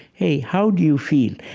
hey, how do you feel?